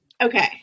Okay